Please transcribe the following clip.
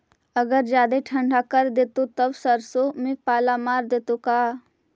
अगर जादे ठंडा कर देतै तब सरसों में पाला मार देतै का?